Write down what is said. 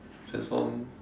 transform